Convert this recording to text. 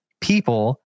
people